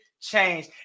change